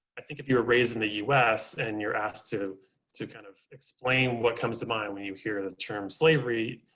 i think if you were raised in the us, and you're asked to to kind of explain what comes to mind when you hear the term slavery,